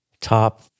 Top